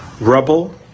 rubble